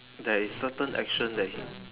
there is certain action that he